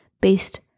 based